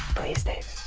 please, david.